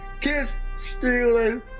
kiss-stealing